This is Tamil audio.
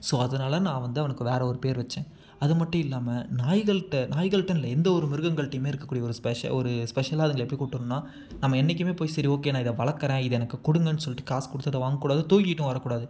ஸோ அதனால் நான் வந்து அவனுக்கு வேறு ஒரு பேர் வச்சேன் அது மட்டும் இல்லாமல் நாய்கள்கிட்ட நாய்கள்கிட்டன்னு இல்லை எந்த ஒரு மிருகங்கள்கிட்டையுமே இருக்கக்கூடிய ஒரு ஸ்பெஷல் ஒரு ஸ்பெஷலாக அதுங்கள எப்படி கூப்பிகிட்டு வரணுன்னா நம்ம என்றைக்குமே போய் சரி ஓகே நான் இதை வளர்க்கறேன் இதை எனக்கு கொடுங்கன்னு சொல்லிட்டு காசு கொடுத்து அதை வாங்ககூடாது தூக்கிட்டும் வரக்கூடாது